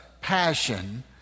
passion